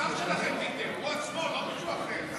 השר שלכם ויתר, הוא עצמו, לא מישהו אחר.